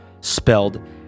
spelled